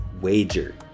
wager